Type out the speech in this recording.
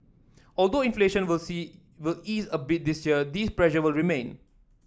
although inflation will say will ease a bit this year these pressure will remain